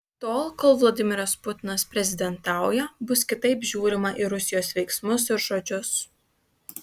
tol kol vladimiras putinas prezidentauja bus kitaip žiūrima į rusijos veiksmus ir žodžius